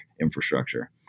infrastructure